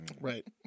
right